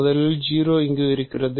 முதலில் 0 இங்கு இருக்கிறது